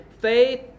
faith